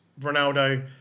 Ronaldo